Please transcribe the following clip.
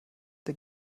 der